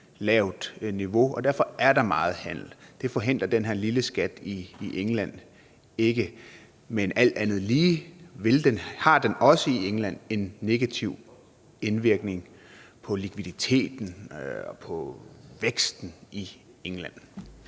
derfor er der meget handel. Det forhindrer den her lille skat i England ikke. Men alt andet lige har den også i England en negativ indvirkning på likviditeten og på væksten. Kl.